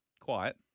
Quiet